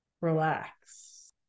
relax